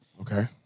Okay